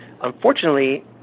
unfortunately